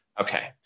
Okay